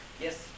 Yes